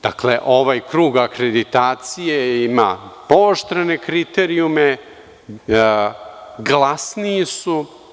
Dakle, ovaj krug akreditacije ima pooštrene kriterijume, glasniji su.